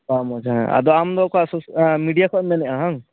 ᱛᱟᱣ ᱢᱚᱡᱽ ᱦᱮᱸ ᱟᱫᱚ ᱟᱢ ᱫᱚ ᱚᱠᱟ ᱢᱮᱰᱤᱭᱟ ᱠᱷᱚᱡ ᱮᱢ ᱢᱮᱱᱮᱜᱼᱟ ᱦᱟᱝ